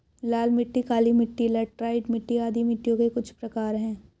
लाल मिट्टी, काली मिटटी, लैटराइट मिट्टी आदि मिट्टियों के कुछ प्रकार है